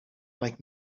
like